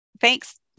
Thanks